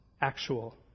actual